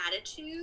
attitude